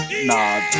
Nah